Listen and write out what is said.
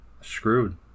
screwed